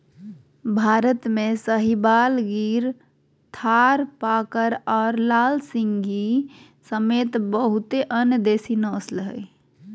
भारत में साहीवाल, गिर थारपारकर और लाल सिंधी समेत बहुते अन्य देसी नस्ल हइ